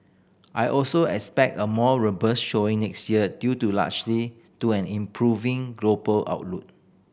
I also expect a more robust showing next year due to largely to an improving global outlook